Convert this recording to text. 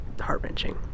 heart-wrenching